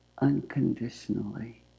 unconditionally